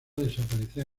desaparecer